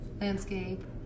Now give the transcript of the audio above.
landscape